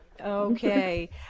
Okay